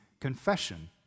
confession